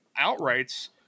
outrights